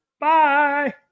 Bye